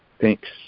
Thanks